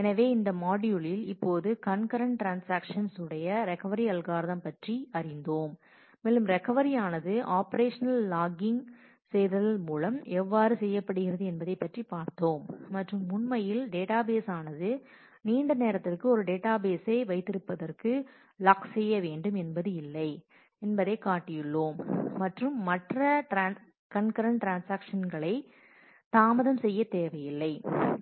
எனவே இந்த மாட்யூலில் இப்போது கண்கரண்ட் ட்ரான்ஸாக்ஷன்ஸ் உடைய ரெக்கவரி அல்காரிதம் பற்றி அறிந்தோம் மேலும் ரெக்கவரி ஆனது ஆபரேஷன்னல் லாக்கிங் செய்தல் மூலம் எவ்வாறு செய்யப்படுகிறது என்பதைப் பற்றி பார்த்தோம் மற்றும் உண்மையில் டேட்டாபேஸ் ஆனது நீண்ட நேரத்திற்கு ஒரு டேட்டாபேசை வைத்திருப்பதற்கு லாக் செய்ய வேண்டும் என்பது இல்லை என்பதைக் காட்டியுள்ளோம் மற்றும் மற்ற கண்கரன்ட் ட்ரான்ஸாக்ஷன்களை தாமதம் செய்ய தேவையில்லை